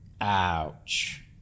Ouch